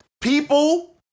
People